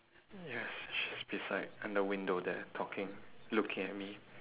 yes she is beside and the window there talking looking at me